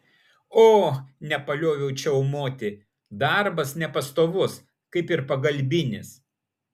o nepalioviau čiaumoti darbas nepastovus kaip ir pagalbinis